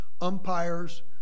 Umpires